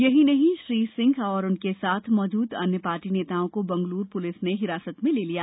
यही नहीं श्री सिंह और उनके साथ मौजूद अन्य पार्टी नेताओं को बंगलूर पुलिस ने हिरासत में ले लिया